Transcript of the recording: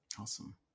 awesome